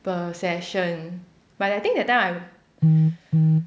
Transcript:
per session but I think that time I